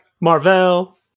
Marvel